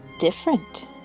different